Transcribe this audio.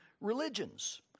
religions